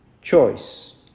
choice